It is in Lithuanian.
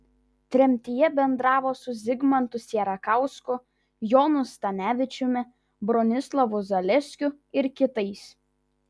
tremtyje bendravo su zigmantu sierakausku jonu stanevičiumi bronislovu zaleskiu ir kitais